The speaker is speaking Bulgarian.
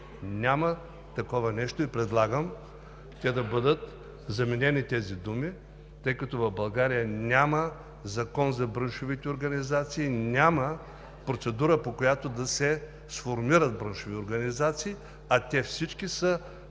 Няма такова нещо и предлагам тези думи да бъдат заменени, тъй като в България няма Закон за браншовите организации и няма процедура, по която да се сформират браншови организации, а всички те